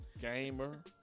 Gamer